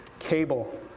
cable